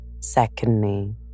secondly